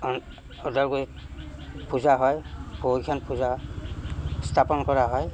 অঁ ওদালগুৰিত পূজা হয় বহুকেইখন পূজা স্থাপন কৰা হয়